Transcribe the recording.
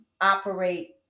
operate